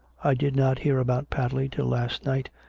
i did not hear about padley till last night,